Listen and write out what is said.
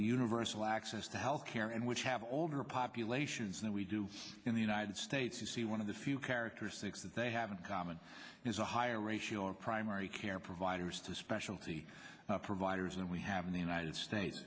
universal access to health care and which have older populations that we do in the united states you see one of the few eric or six that they have in common is a higher ratio of primary care providers to specialty providers and we have in the united states